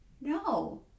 No